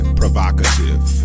provocative